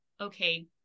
okay